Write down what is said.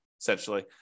essentially